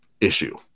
issue